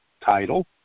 title